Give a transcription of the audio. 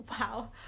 Wow